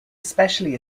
especially